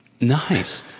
Nice